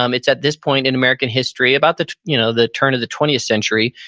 um it's at this point in american history about the you know the turn of the twentieth century,